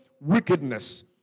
wickedness